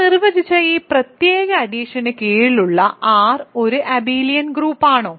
ഞാൻ നിർവ്വചിച്ച ഈ പ്രത്യേക അഡിഷന് കീഴിലുള്ള R ഒരു അബെലിയൻ ഗ്രൂപ്പാണോ